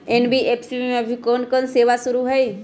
NBFC में अभी कोन कोन सेवा शुरु हई?